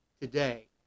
today